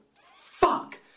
fuck